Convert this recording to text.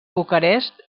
bucarest